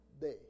day